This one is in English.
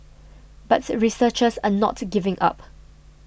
but researchers are not giving up